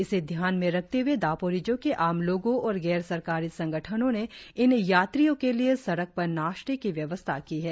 इसे ध्यान में रखते हुए दापोरिजो के आम लोगों और गैर सरकारी संगठनों ने इन यात्रियों के लिए सड़क पर नाश्ते की व्यवस्था की है